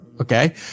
okay